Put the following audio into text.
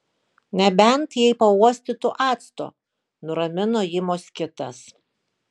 nebent jei pauostytų acto nuramino jį moskitas